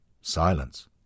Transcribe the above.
Silence